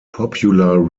popular